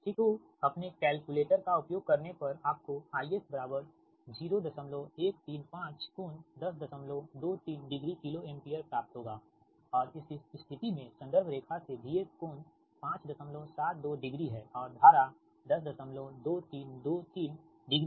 तोअपने calculator का उपयोग करने पर आपको IS बराबर 0135 कोण 1023 डिग्री किलो एम्पीयर प्राप्त होगा और इस स्थिति में रेफ़रेंस रेखा से VS कोण 572 डिग्री है और धारा 102323 डिग्री है